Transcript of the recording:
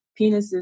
penises